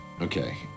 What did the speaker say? Okay